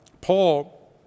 Paul